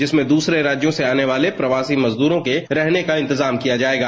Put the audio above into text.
इसमें दूसरे राज्यों से आने वाले प्रवासी मजदूरों के रहने का इंतजाम किया जाएगा